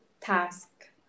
task